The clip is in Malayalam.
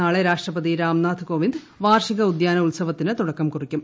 നാളെ രാഷ്ട്രപതി രാംനാഥ് കോവിന്ദ് വാർഷിക ഉദ്യാന ഉത്സവത്തിന് തുടക്കം കുറിക്കും